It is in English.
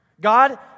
God